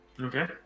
Okay